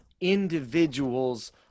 individuals